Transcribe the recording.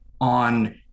on